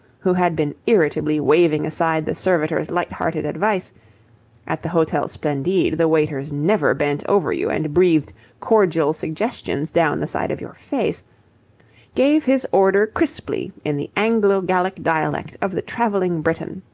who had been irritably waving aside the servitor's light-hearted advice at the hotel splendide the waiters never bent over you and breathed cordial suggestions down the side of your face gave his order crisply in the anglo-gallic dialect of the travelling briton.